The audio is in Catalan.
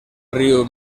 riu